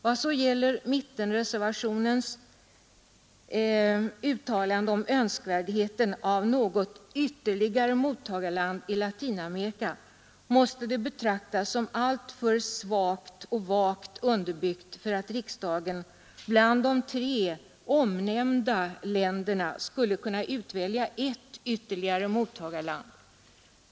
När det gäller mittenreservationens uttalande om önskvärdheten av något ytterligare mottagarland i Latinamerika, så måste det betraktas som alltför vagt och alltför svagt underbyggt för att riksdagen bland de tre omnämnda länderna skulle kunna utvälja ett ytterligare mottagarland.